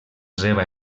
seva